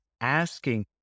asking